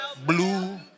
blue